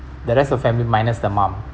the rest of family minus the mom